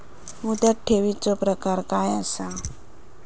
मुदत ठेवीचो प्रकार काय असा?